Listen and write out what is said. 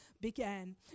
began